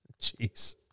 Jeez